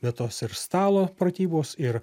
bet tos ir stalo pratybos ir